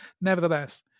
nevertheless